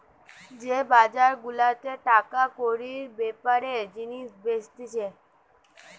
যে বাজার গুলাতে টাকা কড়ির বেপারে জিনিস বেচতিছে